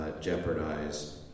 jeopardize